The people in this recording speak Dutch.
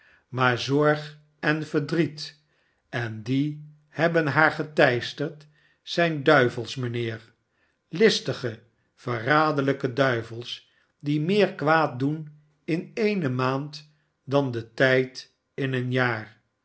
maar zorg en verdriet en die hebben haar geteisterd zijn duivels mijnheer listige verraderlijke duivels die meer kwaad doen in eene maand dan de tijd in een jaar